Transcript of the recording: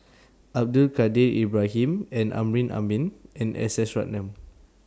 Abdul Kadir Ibrahim Amrin Amin and S S Ratnam